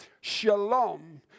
shalom